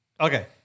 okay